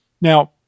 Now